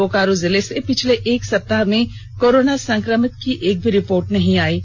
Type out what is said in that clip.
बोकारो जिले से पिछले एक सप्ताह में कोरोना संक्रमित की एक भी रिपोर्ट नहीं आई है